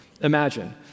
Imagine